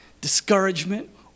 discouragement